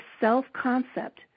self-concept